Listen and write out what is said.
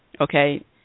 okay